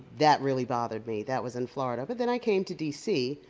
that really bothered me. that was in florida. but then i came to d c.